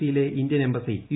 സിയിലെ Indian embassy U